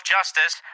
Justice